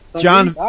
John